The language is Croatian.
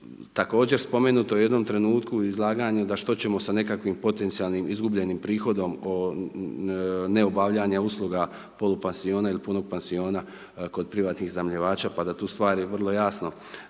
Također spomenuto je u jednom trenutku izlaganja da što ćemo sa nekakvim potencijalnim izgubljenim prihodom o neobavljanju usluga polupansiona ili punog pansiona kod privatnih iznajmljivača pa da tu stvari vrlo jasno